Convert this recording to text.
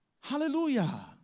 Hallelujah